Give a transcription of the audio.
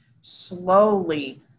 Slowly